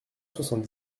soixante